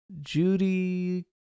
Judy